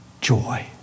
joy